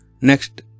next